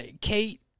Kate